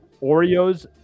Oreos